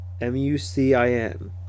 M-U-C-I-N